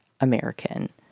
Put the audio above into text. American